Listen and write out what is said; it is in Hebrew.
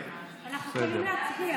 אני אסכם,